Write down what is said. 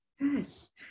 Yes